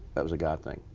that was a god thing.